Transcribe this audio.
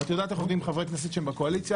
ואת יודעת איך עובדים חברי כנסת שהם בקואליציה,